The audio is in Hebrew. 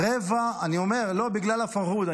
אני אומר, בגלל הפרהוד.